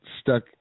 stuck